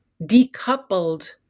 decoupled